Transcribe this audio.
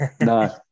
No